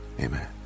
Amen